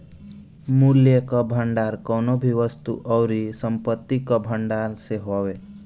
मूल्य कअ भंडार कवनो भी वस्तु अउरी संपत्ति कअ भण्डारण से हवे